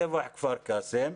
טבח כפר קאסם.